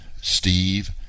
steve